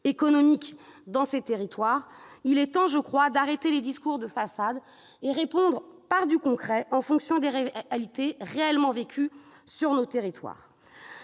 économiques dans ces territoires, il est temps d'arrêter les discours de façade et de répondre par du concret, en fonction des réalités vécues sur nos territoires.